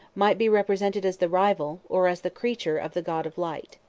might be represented as the rival, or as the creature, of the god of light.